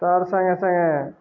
ତାର୍ ସାଙ୍ଗେ ସାଙ୍ଗେ